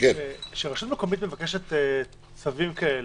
כשרשות מקומית מבקשת צווים כאלה,